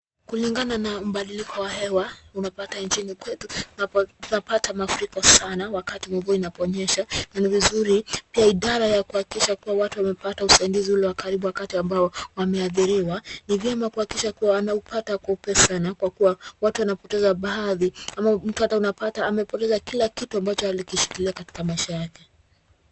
Kulingana na mbadiliko wa mahewa unapata njini kwetu tunapata mafuriko sana wakati mvua unaponyesha na vizuri pia idhara ya kuhakikisha kuwa watu wamepata usaidizi ulio karibu wakati ambao wamehathiriwa. Ni vyema kuhakikisha kuwa anahupata kwa upezi saidi sana kwa kuwa watu wanapoteza baadhi ama mtu unaupata amepoteza kila kitu ambacho alikishikilia katika maisha yake.